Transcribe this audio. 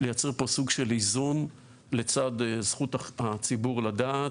לייצר פה סוג של איזון לצד זכות הציבור לדעת.